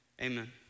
amen